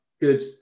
good